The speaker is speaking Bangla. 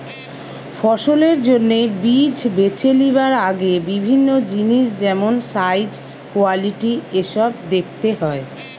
ফসলের জন্যে বীজ বেছে লিবার আগে বিভিন্ন জিনিস যেমন সাইজ, কোয়ালিটি এসোব দেখতে হয়